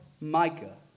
Micah